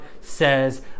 says